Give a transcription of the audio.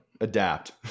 Adapt